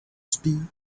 speed